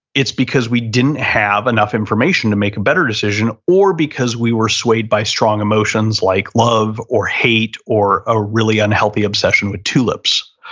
it's because we didn't have enough information to make a better decision or because we were swayed by strong emotions like love or hate or a really unhealthy obsession with two lips.